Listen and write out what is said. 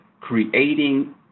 creating